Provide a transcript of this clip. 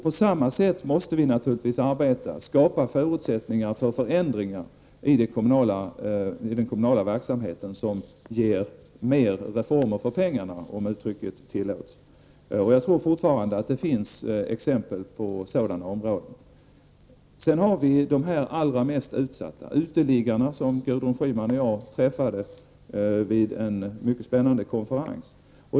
På samma sätt arbetar vi för att skapa förutsättningar för förändringar i den kommunala verksamheten som ger mer reformer för pengarna -- om uttrycket tillåts. Vi har så frågan om de allra mest utsatta -- uteliggarna, som Gudrun Schyman och jag träffade vid en mycket spännande konferens.